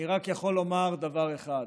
אני רק יכול לומר דבר אחד: